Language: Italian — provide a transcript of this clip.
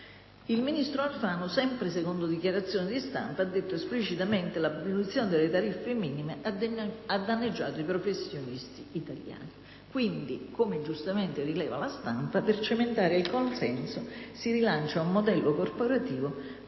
Il ministro Alfano, sempre secondo dichiarazioni di stampa, ha detto esplicitamente che l'abolizione delle tariffe minime ha danneggiato i professionisti italiani. Quindi, come giustamente rileva la stampa, per cementare il consenso si rilancia un modello corporativo basato